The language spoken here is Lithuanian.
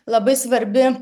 labai svarbi